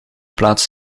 plaats